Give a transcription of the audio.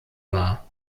war